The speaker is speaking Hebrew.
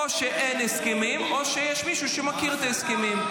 או שאין הסכמים או שיש מישהו שמכיר את ההסכמים.